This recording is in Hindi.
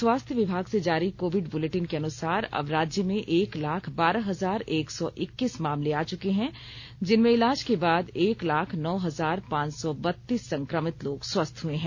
स्वास्थ विभाग से जारी कोविड बुलेटिन के अनुसार अब राज्य में एक लाख बारह हजार एक सौ इक्कीस मामले आ चुके हैं जिनमें इलाज के बाद एक लाख नौ हजार पांच सौ बत्तीस संक्रमित लोग स्वस्थ हुए हैं